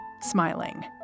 smiling